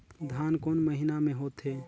धान कोन महीना मे होथे?